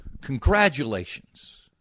congratulations